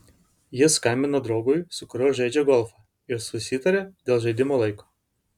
jis skambino draugui su kuriuo žaidžia golfą ir susitarė dėl žaidimo laiko